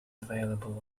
available